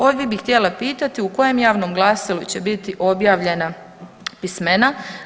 Ovdje bih htjela pitati u kojem javnom glasilu će biti objavljena pismena?